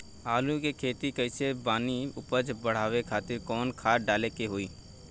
आलू के खेती कइले बानी उपज बढ़ावे खातिर कवन खाद डाले के होई?